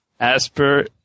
Asper